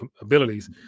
abilities